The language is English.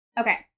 Okay